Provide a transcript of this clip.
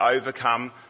overcome